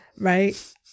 Right